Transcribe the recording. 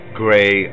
gray